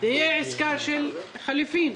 תהיה עסקת חליפין.